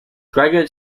graduate